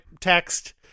text